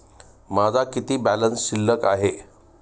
माझा किती बॅलन्स शिल्लक आहे?